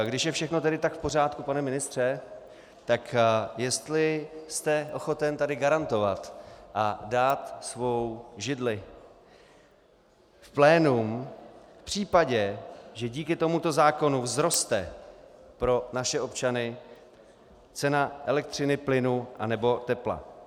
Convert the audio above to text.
Když je všechno tak v pořádku, pane ministře, jestli jste ochoten tady garantovat a dát svou židli v plénum v případě, že díky tomuto zákonu vzroste pro naše občany cena elektřiny, plynu a nebo tepla.